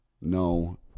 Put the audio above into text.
No